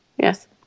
Yes